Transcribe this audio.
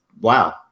wow